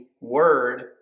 word